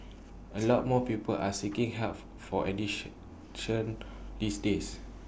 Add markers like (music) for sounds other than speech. (noise) A lot more people are seeking help for (unintelligible) these days